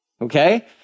okay